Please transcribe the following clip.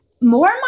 More